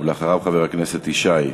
ואחריו, חבר הכנסת ישי.